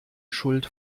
schuld